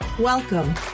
Welcome